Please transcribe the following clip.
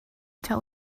tell